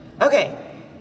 Okay